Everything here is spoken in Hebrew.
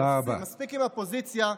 מספיק עם הפוזיציה.